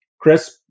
Chris